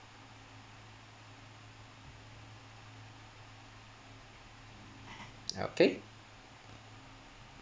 okay